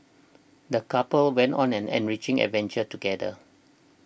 the couple went on an enriching adventure together